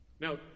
Now